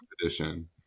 edition